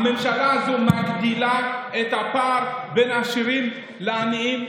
והממשלה הזאת מגדילה את הפער בין העשירים לעניים.